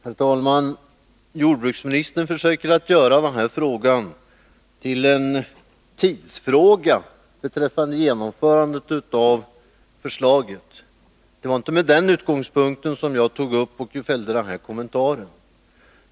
Herr talman! Jordbruksministern försöker göra den här frågan till en tidsfråga när det gäller genomförandet av förslaget. Det var inte med den utgångspunkten som jag tog upp saken och fällde denna kommentar.